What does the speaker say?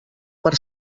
per